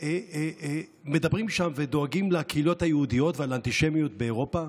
מדברים שם ודואגים לקהילות היהודיות ומהאנטישמיות באירופה.